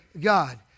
God